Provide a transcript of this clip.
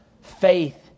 faith